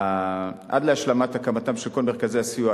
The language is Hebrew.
עד להשלמת הקמתם של כל מרכזי הסיוע,